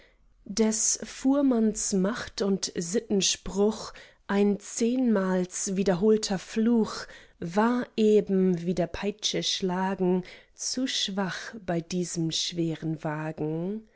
des fuhrmanns macht und sittenspruch ein zehnmals wiederholter fluch war eben wie der peitsche schlagen zu schwach bei diesem schweren wagen